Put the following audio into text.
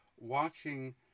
watching